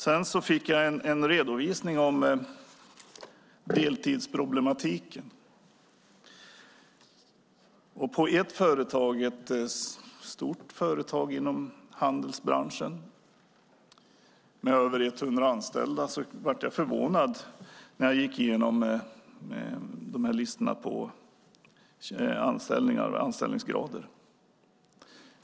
Jag fick en redovisning av deltidsproblematiken. För ett stort företag inom Handels bransch med över 100 anställda blev jag förvånad när jag gick igenom listorna över anställningar och anställningsgrader.